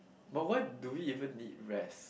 but why do we even need rest